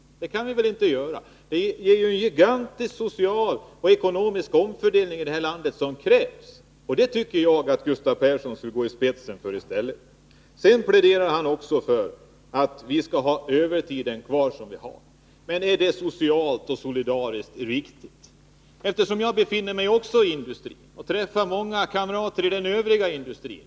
Det kan vi väl inte göra. Det är ju en gigantisk social och ekonomisk omfördelning i landet som krävs, och den tycker jag att Gustav Persson skulle gå i spetsen för. Gustav Persson pläderar för att vi skall ha övertiden kvar enligt de nuvarande bestämmelserna. Men är det riktigt socialt och solidariskt sett? Jag arbetar själv inom industrin, och jag träffar många kamrater inom övriga delar av industrin.